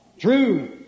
True